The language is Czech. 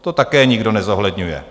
To také nikdo nezohledňuje.